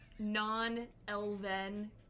Non-Elven